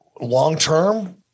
long-term